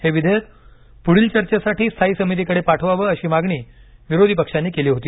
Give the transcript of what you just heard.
हे विधेयक पुढील चर्चेसाठी स्थायी समितीकडे पाठवावं अशी मागणी विरोधी पक्षांनी केली होती